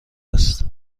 است